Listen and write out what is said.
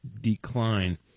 decline